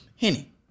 Henny